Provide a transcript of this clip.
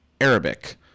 Arabic